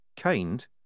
Kind